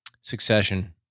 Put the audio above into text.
succession